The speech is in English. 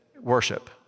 worship